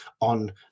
on